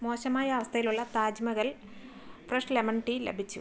മോശമായ അവസ്ഥയിലുള്ള Taj Mahal fresh lemon tea ലഭിച്ചു